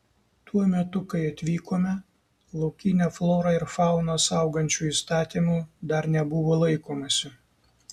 tuo metu kai atvykome laukinę florą ir fauną saugančių įstatymų dar nebuvo laikomasi